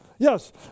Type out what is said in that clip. Yes